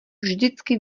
vždycky